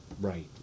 right